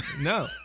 No